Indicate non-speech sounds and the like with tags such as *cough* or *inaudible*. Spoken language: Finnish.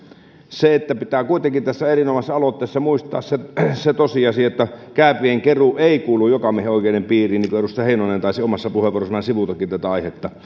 pitää kuitenkin tässä erinomaisessa aloitteessa muistaa se se tosiasia että kääpien keruu ei kuulu jokamiehenoikeuden piiriin niin kuin edustaja heinonen taisi omassa puheenvuorossaan sivutakin tätä aihetta *unintelligible*